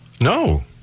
No